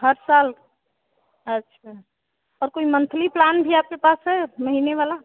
हर साल अच्छा और कोई मंथली प्लान भी आपके पास है महीने वाला